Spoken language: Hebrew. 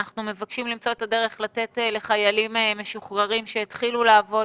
אנחנו מבקשים למצוא דרך לתת לחיילים משוחררים שהתחילו לעבוד